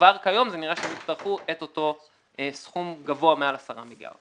כבר כיום זה נראה שהם יצטרכו את אותו סכום גבוה מעל 10 מיליארד.